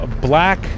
black